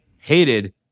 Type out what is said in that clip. hated